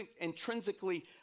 intrinsically